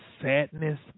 sadness